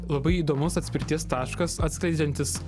labai įdomus atspirties taškas atskleidžiantis